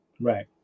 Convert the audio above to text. Right